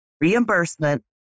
reimbursement